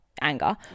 anger